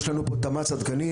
יש לנו פה תמ"צ עדכני.